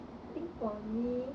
think for me